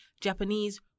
Japanese